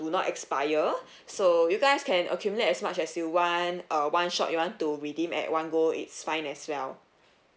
will not expire so you guys can accumulate as much as you want uh one shot you want to redeem at one go it's fine as well